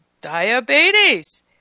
diabetes